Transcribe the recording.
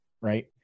Right